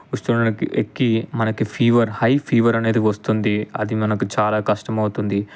ఎక్కి మనకి fever high fever అనేది వస్తుంది అది మనకు చాలా కష్టమవుతుంది